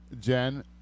Jen